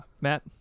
Matt